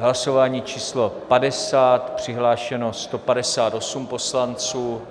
Hlasování číslo 50, přihlášeno 158 poslanců,